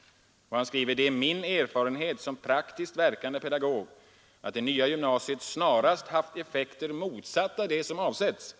——— Det är min erfarenhet som praktiskt verkande pedagog, att det nya gymnasiet snarast haft effekter motsatta de som avsetts.